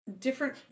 different